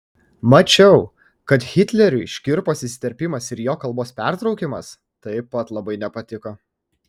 mačiau kad hitleriui škirpos įsiterpimas ir jo kalbos pertraukimas taip pat labai nepatiko